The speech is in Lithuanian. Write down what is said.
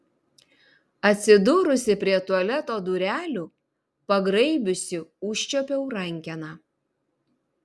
atsidūrusi prie tualeto durelių pagraibiusi užčiuopiau rankeną